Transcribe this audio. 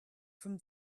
from